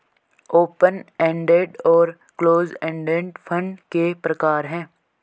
open ended और close ended fund के प्रकार हैं